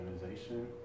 organization